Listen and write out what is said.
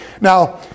Now